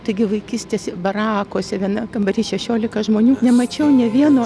taigi vaikystėse barakuose vienam kambary šešiolika žmonių nemačiau nė vieno